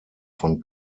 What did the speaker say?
von